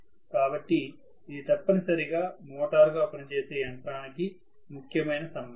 కాబట్టి ఇది తప్పనిసరిగా మోటారుగా పనిచేసే యంత్రానికి ముఖ్యమైన సంబంధం